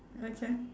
okay